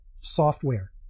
software